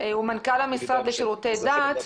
מנכ"ל המשרד לשירותי דת.